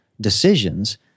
decisions